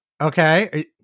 okay